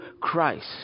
Christ